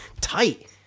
tight